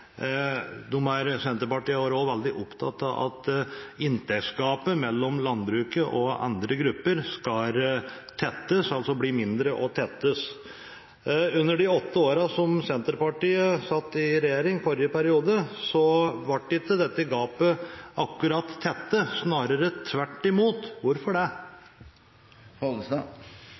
Senterpartiet har også vært veldig opptatt av at inntektsgapet mellom landbruket og andre grupper skal bli mindre og tettes. Under de åtte årene Senterpartiet satt i regjering, altså i forrige periode, ble ikke dette gapet akkurat tettet, snarere tvert imot – hvorfor det?